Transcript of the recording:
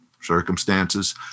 circumstances